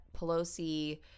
Pelosi